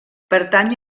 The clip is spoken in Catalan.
pertany